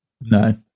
No